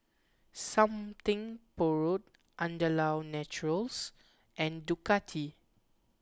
Something Borrowed Andalou Naturals and Ducati